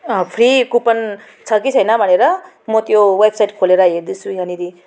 free coupon छ कि छैन भनेर म त्यो वेबसाइट खोलेर हेर्दैछु यहाँनिर